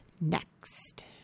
next